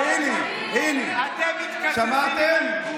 אתם מתקזזים, הינה, שמעתם,